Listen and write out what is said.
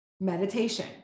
meditation